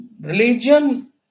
religion